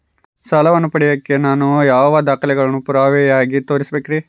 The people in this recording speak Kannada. ಸಾಲವನ್ನು ಪಡಿಲಿಕ್ಕೆ ನಾನು ಯಾವ ದಾಖಲೆಗಳನ್ನು ಪುರಾವೆಯಾಗಿ ತೋರಿಸಬೇಕ್ರಿ?